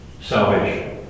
salvation